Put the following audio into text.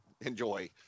enjoy